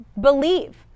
Believe